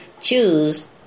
choose